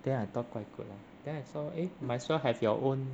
then I thought quite good lah then I saw eh might as well have your own